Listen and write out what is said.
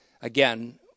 Again